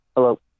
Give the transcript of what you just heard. hello